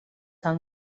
del